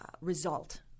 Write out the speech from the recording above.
result